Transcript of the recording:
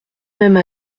même